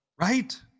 right